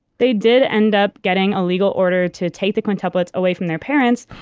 they did end up getting a legal order to take the quintuplets away from their parents.